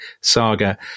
saga